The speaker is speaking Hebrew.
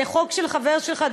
זה חוק של חבר שלך,